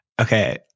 okay